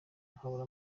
nkabura